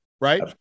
right